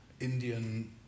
Indian